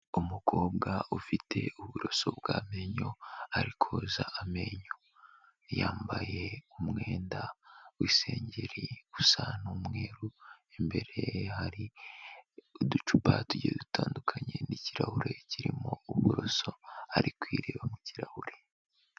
Umukobwa ufite uburoso bw'amenyo ari koza amenyo, yambaye umwenda w'isengeri usa n'umweru, imbere ye hari uducupa tugiye dutandukanye n'ikirahure kirimo uburoso ari kwireba mu kirahure.